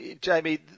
Jamie